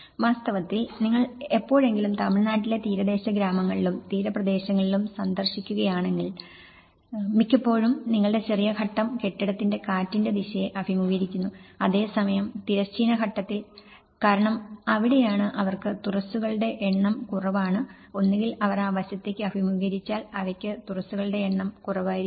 വാസ്തവത്തിൽ നിങ്ങൾ എപ്പോഴെങ്കിലും തമിഴ്നാട്ടിലെ തീരദേശ ഗ്രാമങ്ങളിലും തീരപ്രദേശങ്ങളിലും സന്ദർശിക്കുകയാണെങ്കിൽ മിക്കപ്പോഴും നിങ്ങളുടെ ചെറിയ ഘട്ടം കെട്ടിടത്തിന്റെ കാറ്റിന്റെ ദിശയെ അഭിമുഖീകരിക്കുന്നു അതേസമയം തിരശ്ചീന ഘട്ടത്തിൽ കാരണം അവിടെയാണ് അവർക്ക് തുറസ്സുകളുടെ എണ്ണം കുറവാണ് ഒന്നുകിൽ അവർ ആ വശത്തേക്ക് അഭിമുഖീകരിച്ചാൽ അവയ്ക്ക് തുറസ്സുകളുടെ എണ്ണം കുറവായിരിക്കും